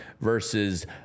versus